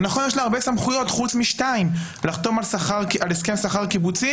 נכון שיש לה הרבה סמכויות חוץ משתיים: לחתום על הסכם שכר קיבוצי